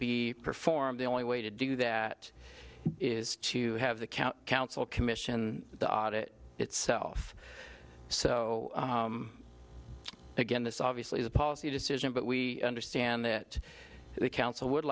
be performed the only way to do that is to have the county council commission the audit itself so again this obviously is a policy decision but we understand that the council would